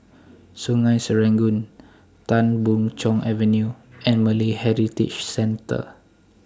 Sungei Serangoon Tan Boon Chong Avenue and Malay Heritage Centre